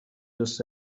دوست